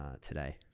today